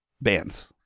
bands